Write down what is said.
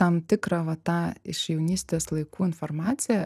tam tikrą va tą iš jaunystės laikų informaciją